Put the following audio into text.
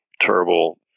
terrible